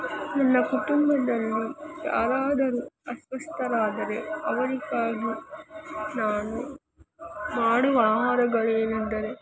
ನನ್ನ ಕುಟುಂಬದಲ್ಲಿ ಯಾರಾದರೂ ಅಸ್ವಸ್ಥರಾದರೆ ಅವರಿಗಾಗಿ ನಾನು ಮಾಡುವ ಆಹಾರಗಳೇನೆಂದರೆ